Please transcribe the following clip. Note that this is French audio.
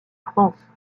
france